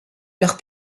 leurs